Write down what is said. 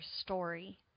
story